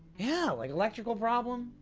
yeah! like, electrical problem?